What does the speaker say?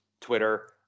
Twitter